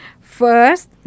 First